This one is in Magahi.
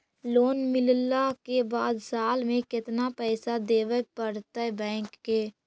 लोन मिलला के बाद साल में केतना पैसा देबे पड़तै बैक के?